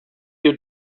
you